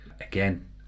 Again